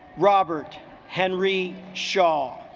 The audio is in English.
robert henry shaw